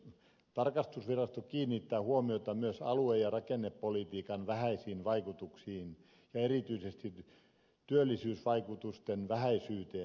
tarkastusvirasto kiinnittää huomiota myös alue ja rakennepolitiikan vähäisiin vaikutuksiin ja erityisesti työllisyysvaikutusten vähäisyyteen